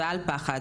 ואל פחד.